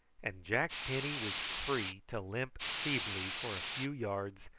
and jack penny was free to limp feebly for a few yards,